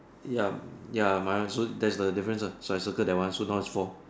ya ya my one so that's the difference ah so I circle that one so now is four